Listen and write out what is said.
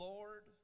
Lord